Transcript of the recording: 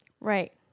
right